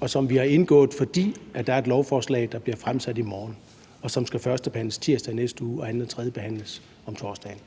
og som vi har indgået, fordi der er et lovforslag, der bliver fremsat i morgen, og som skal førstebehandles tirsdag i næste uge og anden- og tredjebehandles om torsdagen.